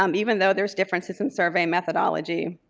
um even though there's differences in survey methodology.